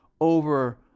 over